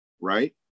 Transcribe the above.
right